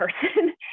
person